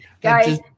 Guys